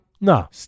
No